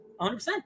100%